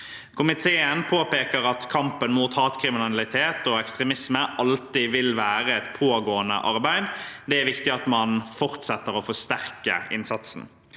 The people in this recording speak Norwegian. Komiteen påpeker at kampen mot hatkriminalitet og ekstremisme alltid vil være et pågående arbeid. Det er viktig at man fortsetter å forsterke innsatsen.